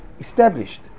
established